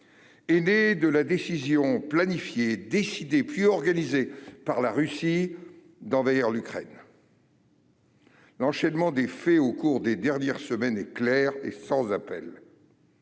est née de la décision planifiée, décidée puis organisée par la Russie d'envahir l'Ukraine. L'enchaînement des faits au cours des dernières semaines est clair et sans appel